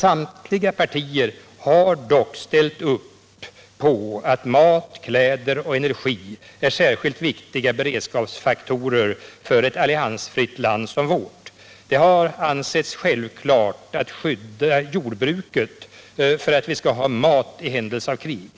Samtliga partier har dock ställt upp på att mat, kläder och energi är särskilt viktiga beredskapsfaktorer för ett alliansfritt land som vårt. Det har ansetts självklart att skydda jordbruket för att vi skall ha mat i händelse av krig.